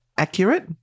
Accurate